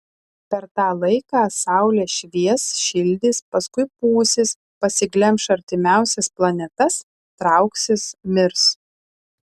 per tą laiką saulė švies šildys paskui pūsis pasiglemš artimiausias planetas trauksis mirs